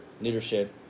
leadership